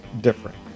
different